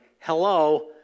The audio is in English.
Hello